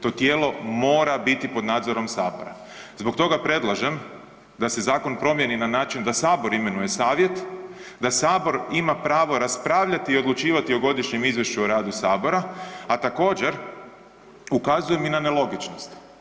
To tijelo mora biti pod nadzorom Sabora, zbog toga predlažem da se zakon promijeni na način da Sabor imenuje Savjet, da Sabor ima pravo raspravljati i odlučivati o godišnjem izvješću o radu Sabora, a također, ukazujem i na nelogičnost.